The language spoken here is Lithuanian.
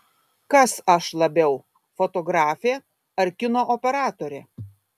kas aš labiau fotografė ar kino operatorė